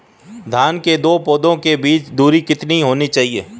धान के दो पौधों के बीच की दूरी कितनी होनी चाहिए?